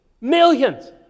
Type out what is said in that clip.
millions